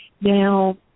Now